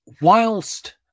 whilst